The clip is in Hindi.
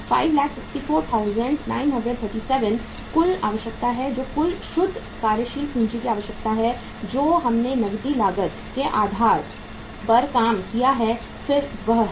564937 कुल आवश्यकता है जो कुल शुद्ध कार्यशील पूंजी की आवश्यकता है जो हमने नकदी लागत के आधार पर काम किया है वह है